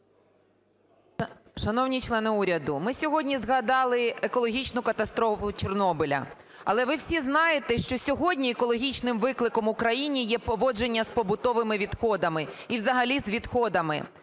Шановні члени уряду, ми сьогодні згадали екологічну катастрофу Чорнобиля. Але ви всі знаєте, що сьогодні екологічним викликом Україні є поводження з побутовими відходами, і взагалі з відходами.